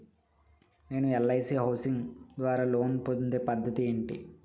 నేను LIC housing ద్వారా loan పొందే పద్ధతి ఏంటి?